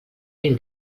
mil